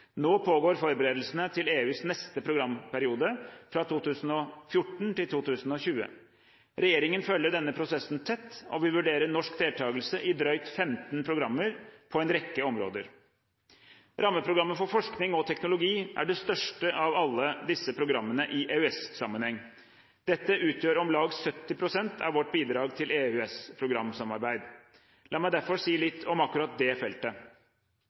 Nå pågår forberedelsene til EUs neste programperiode, fra 2014 til 2020. Regjeringen følger denne prosessen tett, og vi vurderer norsk deltakelse i drøyt 15 programmer på en rekke områder. Rammeprogrammet for forskning og teknologi er det største av alle disse programmene i EØS-sammenheng. Dette utgjør om lag 70 pst. av vårt bidrag til EØS-programsamarbeid. La meg derfor si litt om akkurat det feltet.